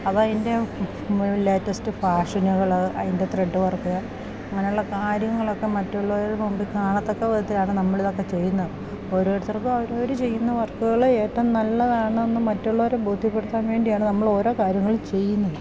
അത് അതിൻ്റെ ലേറ്റസ്റ്റ് ഫാഷനുകൾ അതിൻ്റെ ത്രെഡ് വർക്ക് അങ്ങനുള്ള കാര്യങ്ങൾ ഒക്കെ മറ്റുള്ളവർ മുമ്പി കാണത്തക്ക വിധത്തിലാണ് നമ്മൾ ഇതൊക്കെ ചെയ്യുന്നത് ഓരോരുത്തർക്കും അവരോർ ചെയ്യുന്ന വർക്കുകൾ ഏറ്റവും നല്ലതാണ് എന്ന് മറ്റുള്ളവരെ ബോദ്യപ്പെടുത്താൻ വേണ്ടിയാണ് നമ്മൾ ഓരോ കാര്യങ്ങൾ ചെയ്യുന്നത്